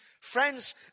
Friends